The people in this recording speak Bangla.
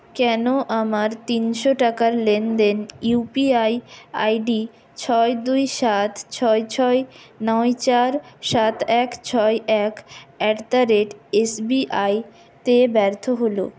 কেন আমার তিনশো টাকার লেনদেন ইউপিআই আইডি ছয় দুই সাত ছয় ছয় নয় চার সাত এক ছয় এক এট দা রেট এসবিআইতে ব্যর্থ হলো